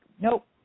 nope